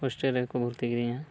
hostel ᱨᱮᱠᱚ ᱵᱷᱚᱨᱛᱤ ᱠᱤᱫᱤᱧᱟ